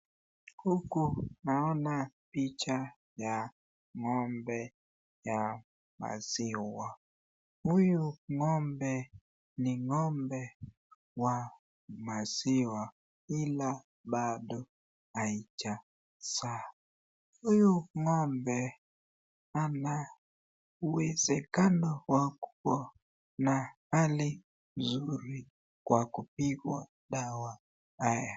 Huku naona picha ya ng'ombe ya maziwa, huyu ng'ombe ni ng'ombe wa maziwa ila bado haijazaa, huyu ng'ombe ana uwezekano wa kuwa na hali nzuri kwa kupigwa dawa haya.